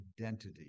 identity